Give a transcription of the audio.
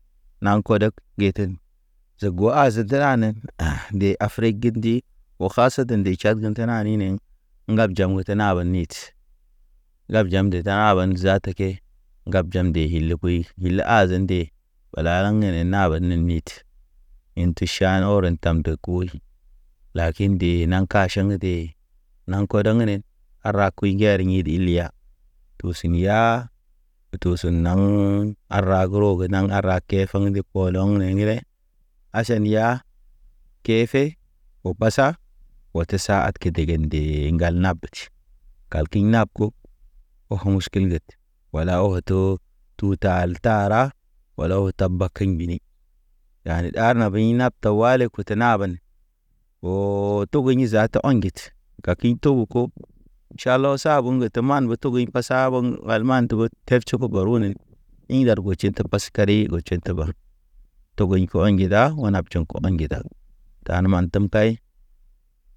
Naŋ kodek geten ze go azen zen anen nde afrik gidndi o ha se nde Tchad ge te naninḛŋ. Ŋgab jaŋ oto naba nit, labjam dem taban zaata ke ŋgabjam de hile koy hile azan nde. Wala laŋ ge nen naba ne nit, hint. Te ʃan ɔren tam te koy lakin de naŋ kaʃaŋ de naŋ kɔdɔŋ nen a ra kuy. Kuy njari in id ilya tu siŋ ya, tu sun naŋ a ra ge rog daŋ a ra kefen de kɔl. Oloŋ ne gene aʃan ya kefe o pasa. O te sa atke dege nde ŋgal naptʃ. Kalkiŋ nap ko oho miʃ gilged, wala ohoto tu tal tara wala o taba kaɲ mbini. Yani ɗar beɲ naptawali kut naben. Oo togo ḭ zata o̰ ŋgit. Ʃalo sabeŋ ge teman ɓe togoɲ pasa ɓeŋ ŋgal man tebe tebʃu. Tʃubu barunen ḭ ŋgar go tʃe de paske. Kari otʃe te ba togoɲ ke o̰je da, o̰ na tʃɔŋ. Tʃɔŋ ke mange dalu tan man tem kay.